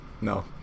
No